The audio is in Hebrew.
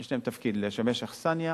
יש להם תפקיד לשמש אכסניה,